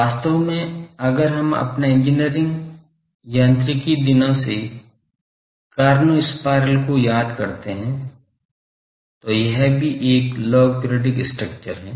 वास्तव में अगर हम अपने इंजीनियरिंग यांत्रिकी दिनों से कॉर्नू स्पाइरल को याद करते हैं तो यह भी एक लॉग पीरिऑडिक स्ट्रक्चर है